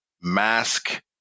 mask